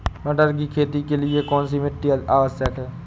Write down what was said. मटर की खेती के लिए कौन सी मिट्टी आवश्यक है?